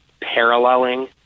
paralleling